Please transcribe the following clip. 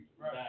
right